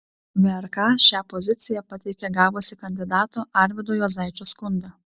vrk šią poziciją pateikė gavusi kandidato arvydo juozaičio skundą